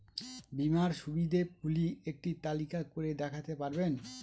বীমার সুবিধে গুলি একটি তালিকা করে দেখাতে পারবেন?